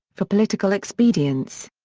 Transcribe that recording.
for political expedience.